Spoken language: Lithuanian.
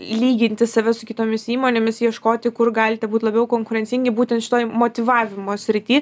lyginti save su kitomis įmonėmis ieškoti kur galite būt labiau konkurencingi būtent šitoj motyvavimo srity